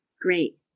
Great